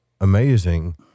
amazing